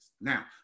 Now